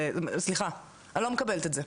אני לא מקבלת את זה,